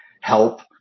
help